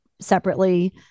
separately